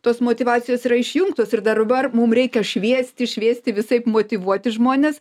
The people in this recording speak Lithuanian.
tos motyvacijos yra išjungtos ir dar bar mum reikia šviesti šviesti visaip motyvuoti žmones